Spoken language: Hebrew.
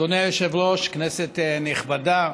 אדוני היושב-ראש, כנסת נכבדה,